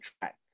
track